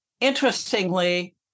interestingly